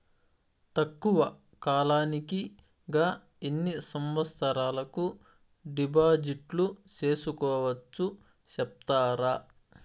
తక్కువ కాలానికి గా ఎన్ని సంవత్సరాల కు డిపాజిట్లు సేసుకోవచ్చు సెప్తారా